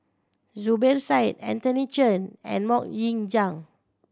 Zubir Said Anthony Chen and Mok Ying Jang